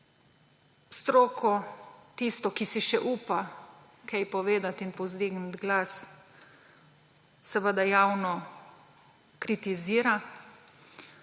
Stroko, ki si še upa kaj povedati in povzdigniti glas, javno kritizira,